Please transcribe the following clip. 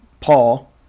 Paul